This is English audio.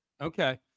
Okay